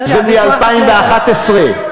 זה מ-2011.